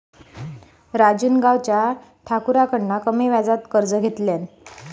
राजून गावच्या ठाकुराकडना कमी व्याजात कर्ज घेतल्यान